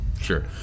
Sure